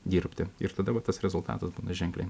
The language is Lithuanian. dirbti ir tada va tas rezultatas gana ženkli